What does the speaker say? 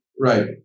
Right